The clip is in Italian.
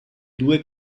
due